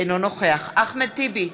אינו נוכח אחמד טיבי,